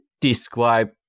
describe